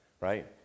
right